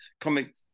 comic